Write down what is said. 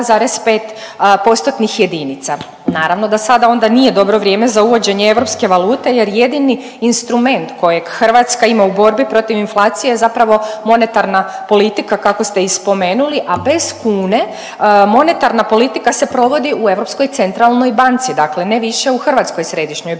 dva do 2,5 postotnih jedinica. Naravno da sada onda nije dobro vrijeme za uvođenje europske valute, jer jedini instrument kojeg Hrvatska ima u borbi protiv inflacije je zapravo monetarna politika kako ste i spomenuli a bez kune monetarna politika se provodi u Europskoj centralnoj banci. Dakle, ne više u Hrvatskoj središnjoj banci,